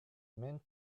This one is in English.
mint